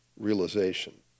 realization